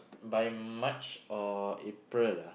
by March or April ah